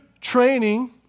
training